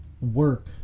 work